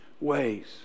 ways